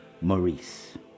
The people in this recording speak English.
Maurice